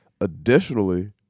Additionally